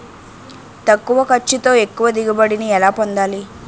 తక్కువ ఖర్చుతో ఎక్కువ దిగుబడి ని ఎలా పొందాలీ?